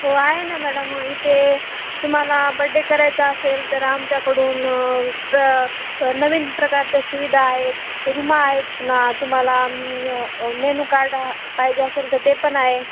हो आहे ना मॅडम इथे तुम्हाला बड्डे करायचा असेल तर आमच्याकडून प्र नवीन प्रकारच्या सुविधा आहेत रूमा आहेत पुन्हा तुम्हाला मेनू कार्ड हा पाहिजे असेल तर ते पण आहे